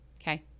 Okay